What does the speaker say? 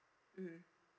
mm